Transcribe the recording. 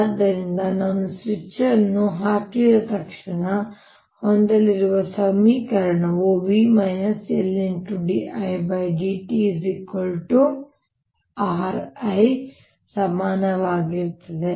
ಆದ್ದರಿಂದ ನಾನು ಸ್ವಿಚ್ ಅನ್ನು ಹಾಕಿದ ತಕ್ಷಣ ನಾನು ಹೊಂದಲಿರುವ ಸಮೀಕರಣವು V LdIdtRI ಸಮನಾಗಿರುತ್ತದೆ